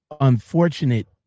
unfortunate